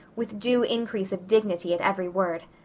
with due increase of dignity at every word.